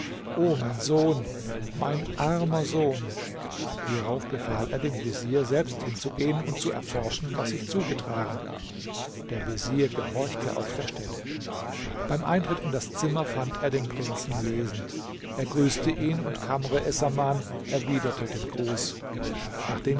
o mein sohn mein armer sohn hierauf befahl er dem vezier selbst hinzugehen und zu erforschen was sich zugetragen der vezier gehorchte auf der stelle beim eintritt in das zimmer fand er den prinzen lesend er grüßte ihn und kamr essaman erwiderte den gruß nachdem